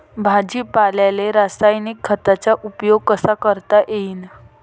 भाजीपाल्याले रासायनिक खतांचा उपयोग कसा करता येईन?